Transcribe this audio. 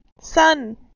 sun